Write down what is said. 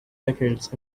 decades